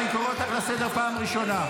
אני קורא אותך לסדר פעם ראשונה.